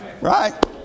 Right